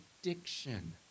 addiction